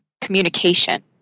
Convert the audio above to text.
communication